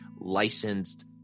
licensed